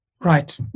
Right